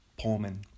Pullman